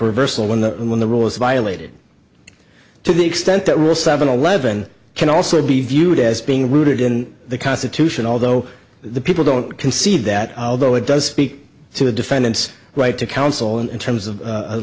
reversal when the when the rule is violated to the extent that rule seven eleven can also be viewed as being rooted in the constitution although the people don't concede that although it does speak to the defendant's right to counsel and in terms of